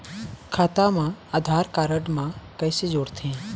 खाता मा आधार कारड मा कैसे जोड़थे?